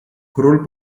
król